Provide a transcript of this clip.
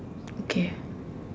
okay